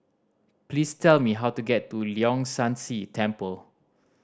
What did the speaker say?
please tell me how to get to Leong San See Temple